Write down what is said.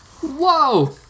Whoa